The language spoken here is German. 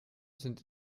sind